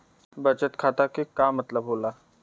बचत खाता के का मतलब होला?